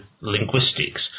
linguistics